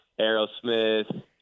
Aerosmith